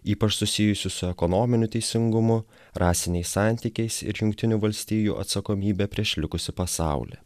ypač susijusius su ekonominiu teisingumu rasiniais santykiais ir jungtinių valstijų atsakomybė prieš likusį pasaulį